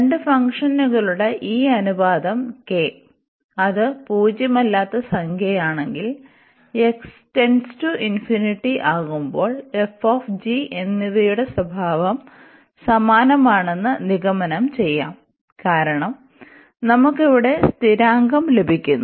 രണ്ട് ഫംഗ്ഷനുകളുടെ ഈ അനുപാതo അത് പൂജ്യമല്ലാത്ത സംഖ്യ ആണെങ്കിൽ ആകുമ്പോൾ fg എന്നിവയുടെ സ്വഭാവം സമാനമാണെന്ന് നിഗമനം ചെയ്യാംകാരണം നമുക്ക് ഇവിടെ സ്ഥിരാoഗം ലഭിക്കുന്നു